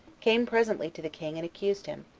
came presently to the king, and accused him,